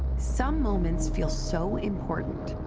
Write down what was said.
some moments feel so important,